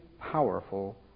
powerful